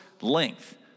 length